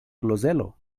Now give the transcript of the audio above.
klozelo